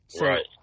Right